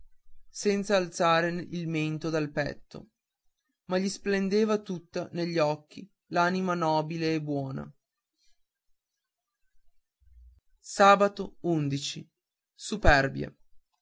senza alzare il mento dal petto ma gli splendeva tutta negli occhi l'anima nobile e buona uperbia sabato